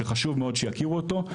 שחשוב מאוד שיכירו אותו.